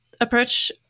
approach